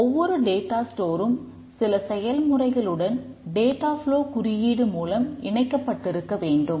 ஒவ்வொரு டேட்டா ஸ்டோரும் குறியீடு மூலம் இணைக்கப்பட்டிருக்க வேண்டும்